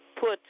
put